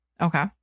Okay